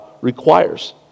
requires